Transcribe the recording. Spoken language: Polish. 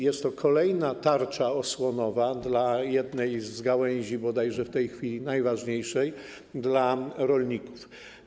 Jest to więc kolejna tarcza osłonowa dla jednej z gałęzi, bodajże w tej chwili najważniejszej - dla rolników.